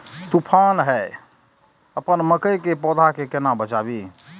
तुफान है अपन मकई के पौधा के केना बचायब?